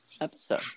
episode